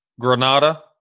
Granada